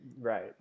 Right